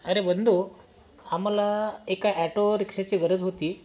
अरे बंधु आम्हाला एका ॲटोरिक्शाची गरज होती